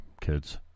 kids